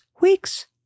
weeks